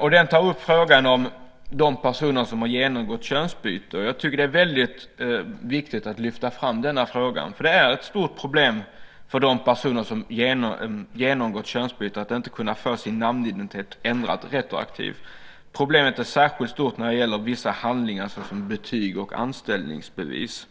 Den tar upp frågan om de personer som har genomgått könsbyte. Jag tycker att det är väldigt viktigt att lyfta fram denna fråga. Det är ett stort problem för de personer som genomgått könsbyte att inte kunna få sin namnidentitet ändrad retroaktivt. Problemet är särskilt stort när det gäller vissa handlingar såsom betyg och anställningsbevis.